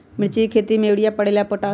मिर्ची के खेती में यूरिया परेला या पोटाश?